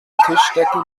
tischdecke